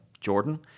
Jordan